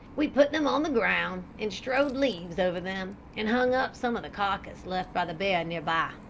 we put them on the ground and strewed leaves over them, and hung up some of the carcass left by the bear near by.